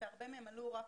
הרבה מהם עלו רק